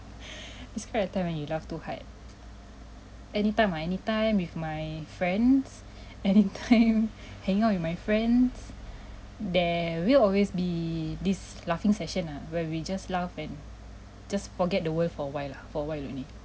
describe a time when you laugh too hard anytime ah anytime with my friends anytime hanging out with my friends there will always be this laughing session ah where we just laugh and just forget the world for a while lah for a while only